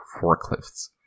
forklifts